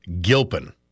Gilpin